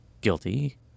guilty